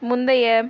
முந்தைய